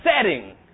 setting